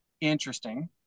interesting